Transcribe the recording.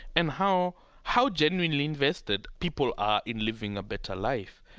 and how how genuinely invested people are in living a better life.